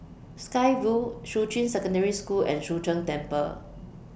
Sky Vue Shuqun Secondary School and Chu Sheng Temple